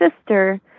sister